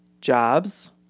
jobs